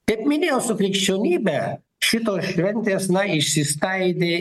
kaip minėjau su krikščionybe šitos šventės na išsiskaidė